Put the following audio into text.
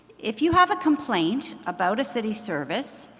if you have a complaint about a city service,